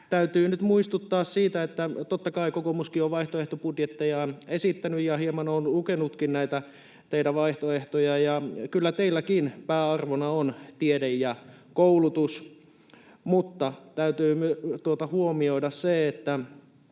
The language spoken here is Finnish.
täytyy nyt muistuttaa siitä ja huomioida se — totta kai kokoomuskin on vaihtoehtobudjettejaan esittänyt, ja hieman olen lukenutkin näitä teidän vaihtoehtojanne, ja kyllä teilläkin pääarvona on tiede ja koulutus — että teidän